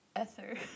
Ether